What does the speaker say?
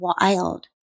wild